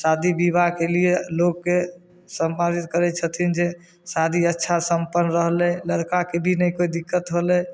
शादी विवाहके लिए लोकके सम्पादित करै छथिन जे शादी अच्छा सम्पन्न रहलै लड़काके भी नहि कोइ दिक्कत होलै